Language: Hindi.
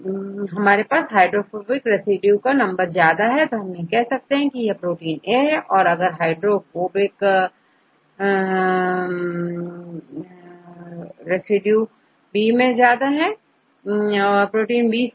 यदि हमारे पास हाइड्रोफोबिक रेसिड्यू का नंबर ज्यादा हो तो हम यह कह सकते हैं कि यह प्रोटीन ए है और प्रोटीन बी से ज्यादा हाइड्रोफोबिक है